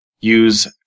use